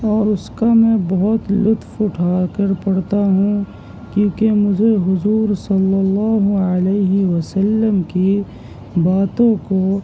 اور اس کا میں بہت لطف اٹھا کر پڑھتا ہوں کیونکہ مجھے حضور صلی اللہ علیہ وسلم کی باتوں کو